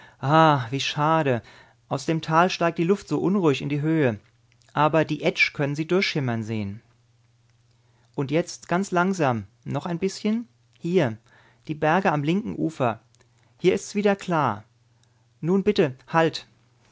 wie schade aus dem tal steigt die luft so unruhig in die höhe aber die etsch können sie durchschimmern sehn und jetzt ganz langsam noch ein bißchen hier die berge am linken ufer hier ist's wieder klar nun bitte halt